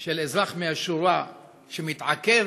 של אזרח מהשורה שמתעכב